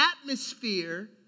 atmosphere